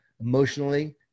emotionally